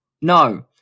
No